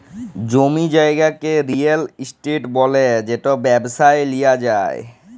জমি জায়গাকে real estate ব্যলে যেট ব্যবসায় লিয়া যায়